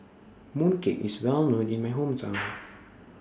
Mooncake IS Well known in My Hometown